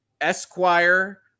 esquire